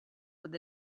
with